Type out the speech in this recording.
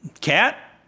Cat